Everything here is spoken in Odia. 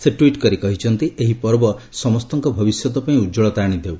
ସେ ଟ୍ୱିଟ୍ କରି କହିଛନ୍ତି ଏହି ପର୍ବ ସମସ୍ତଙ୍କ ଭବିଷ୍ୟତ ପାଇଁ ଉଜ୍ୱଳତା ଆଣିଦେଉ